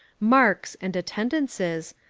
marks and attendances,